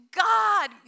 God